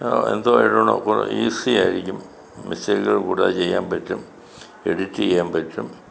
എന്തോ ആയിട്ടാണോ ഈസി ആയിരിക്കും മിസ്റ്റേക്കുകൾ കൂടാതെ ചെയ്യാൻ പറ്റും എഡിറ്റ് ചെയ്യാൻ പറ്റും